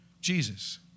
Jesus